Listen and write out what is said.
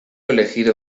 elegido